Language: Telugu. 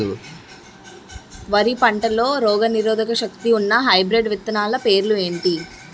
వరి పంటలో రోగనిరోదక శక్తి ఉన్న హైబ్రిడ్ విత్తనాలు పేర్లు ఏంటి?